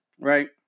right